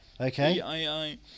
Okay